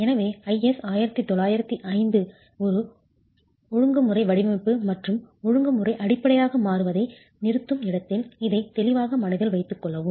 எனவே IS 1905 ஒரு ஒழுங்குமுறை வடிவமைப்பு மற்றும் ஒழுங்குமுறை அடிப்படையாக மாறுவதை நிறுத்தும் இடத்தில் இதைத் தெளிவாக மனதில் வைத்துக்கொள்ளவும்